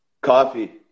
Coffee